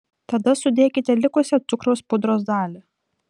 tada sudėkite likusią cukraus pudros dalį